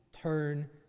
turn